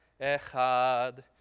Echad